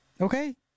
Okay